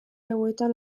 hauetan